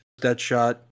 Deadshot